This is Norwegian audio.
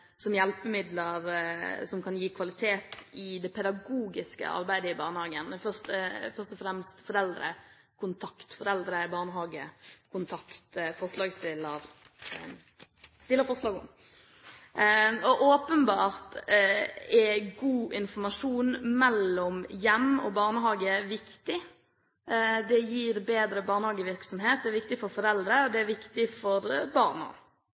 som hjelpemiddel som kan gi kvalitet i det pedagogiske arbeidet i barnehagen. Det er først og fremst foreldre–barnehage-kontakt forslagsstillerne har forslag om. Åpenbart er god informasjon mellom hjem og barnehage viktig. Det gir bedre barnehagevirksomhet. Det er viktig for foreldre, og det er viktig for barna.